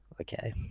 Okay